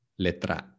letra